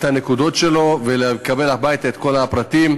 הנקודות שלו ולקבל הביתה את כל הפרטים,